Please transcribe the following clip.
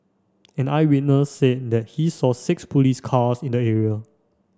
an eyewitness said that he saw six police cars in the area